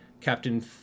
Captain